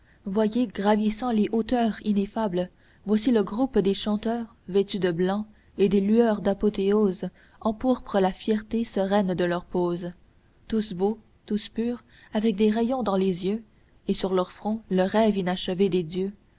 voyez gravissant les hauteurs ineffables voici le groupe des chanteurs vêtus de blanc et des lueurs d'apothéoses empourprent la fierté sereine de leurs poses tous beaux tous purs avec des rayons dans les yeux et sur leur front le rêve inachevé des dieux